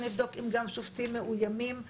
לבדוק אם גם שופטים מאויימים --- כן,